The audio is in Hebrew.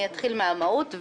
אני אתחיל מהמהות,